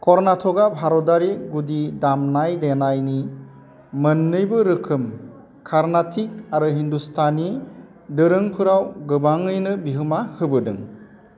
कर्नाटका भारतारि गुदि दामनाय देनायनि मोननैबो रोखोम कार्नाटिक आरो हिन्दुस्तानी दोरोंफोराव गोबाङैनो बिहोमा होबोदों